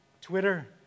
Twitter